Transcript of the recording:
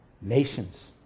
Nations